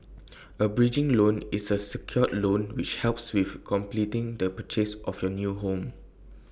A bridging loan is A secured loan which helps with completing the purchase of your new home